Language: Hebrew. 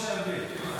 בוסו רציני.